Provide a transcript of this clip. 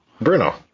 Bruno